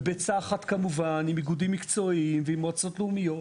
ובעצה אחת כמובן עם איגודים מקצועיים ועם מועצות לאומיות.